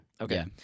Okay